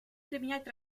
применять